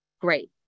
Great